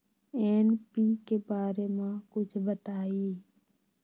NPK बारे म कुछ बताई?